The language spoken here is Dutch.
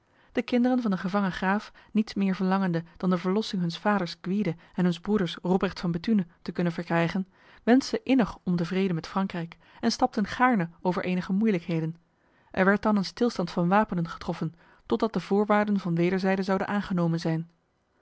de kinderen van de gevangen graaf niets meer verlangende dan de verlossing huns vaders gwyde en huns broeders robrecht van bethune te kunnen verkrijgen wensten innig om de vrede met frankrijk en stapten gaarne over enige moeilijkheden er werd dan een stilstand van wapenen getroffen totdat de voorwaarden van wederzijde zouden aangenomen zijn